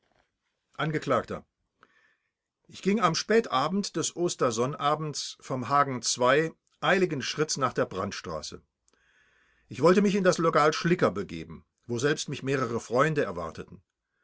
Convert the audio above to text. angeklagter ich ging am spätabend des ostersonnabends vom hagen eiligen schritts nach der brandstraße ich wollte mich in das lokal schlicker begeben woselbst mich mehrere freunde erwarteten